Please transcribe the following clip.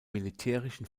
militärischen